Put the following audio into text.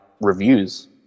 reviews